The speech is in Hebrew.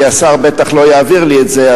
כי השר בטח לא יעביר לי את זה,